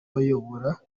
bayobora